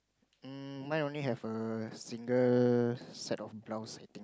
um mine only have a single set of blouse I think